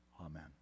Amen